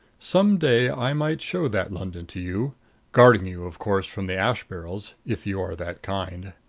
some day i might show that london to you guarding you, of course, from the ash-barrels, if you are that kind.